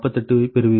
48 பெறுவீர்கள்